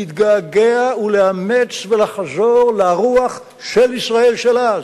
להתגעגע ולאמץ ולחזור לרוח של ישראל של אז.